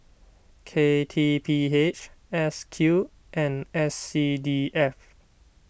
K T P H S Q and S C D F